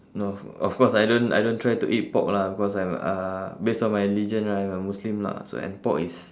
no of of course I don't I don't try to eat pork lah because I'm uh based on my religion right I'm a muslim lah so and pork is